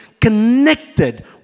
connected